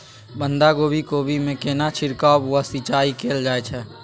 बंधागोभी कोबी मे केना छिरकाव व सिंचाई कैल जाय छै?